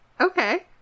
Okay